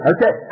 Okay